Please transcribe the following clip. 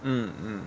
mm mm